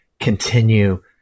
continue